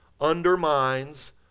undermines